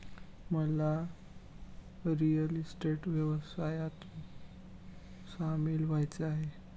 मला real estate व्यवसायात सामील व्हायचे आहे